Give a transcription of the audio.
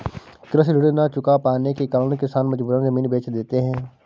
कृषि ऋण न चुका पाने के कारण किसान मजबूरन जमीन बेच देते हैं